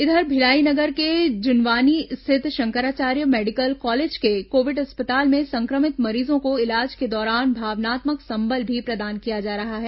इधर भिलाई नगर के जुनवानी स्थित शंकराचार्य मेडिकल कॉलेज के कोविड अस्पताल में संक्रमित मरीजों को इलाज के दौरान भावनात्मक सम्बल भी प्रदान किया जा रहा है